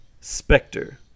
Spectre